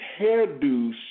hairdos